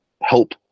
help